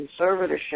conservatorship